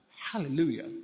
Hallelujah